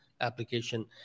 application